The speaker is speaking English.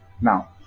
Now